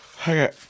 Okay